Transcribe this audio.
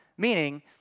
Meaning